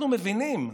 אנחנו מבינים,